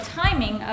timing